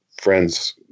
friends